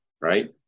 Right